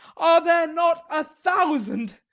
are there not a thousand!